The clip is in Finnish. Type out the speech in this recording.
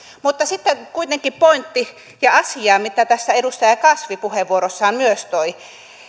mutta sitten kuitenkin pointti ja asia mitä tässä edustaja kasvi puheenvuorossaan myös toi